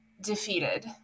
defeated